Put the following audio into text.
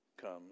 comes